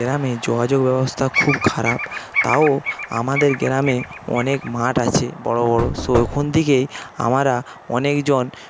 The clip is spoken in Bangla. গ্রামে যোগাযোগ ব্যবস্থা খুব খারাপ তাও আমাদের গ্রামে অনেক মাঠ আছে বড়ো বড়ো সো ওখান থেকেই আমরা অনেকজন